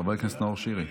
חבר הכנסת נאור שירי.